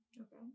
okay